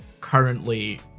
currently